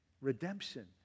redemption